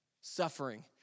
suffering